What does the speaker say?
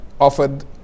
offered